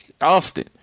Austin